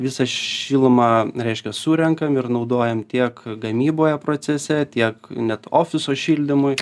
visą šilumą reiškia surenkam ir naudojam tiek gamyboje procese tiek net ofiso šildymui